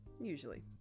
usually